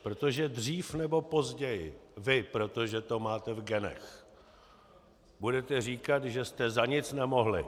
Protože dřív nebo později vy, protože to máte v genech, budete říkat, že jste za nic nemohli.